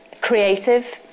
creative